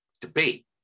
debate